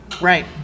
Right